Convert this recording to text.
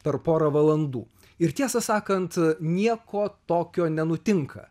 per porą valandų ir tiesą sakant nieko tokio nenutinka